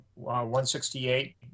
168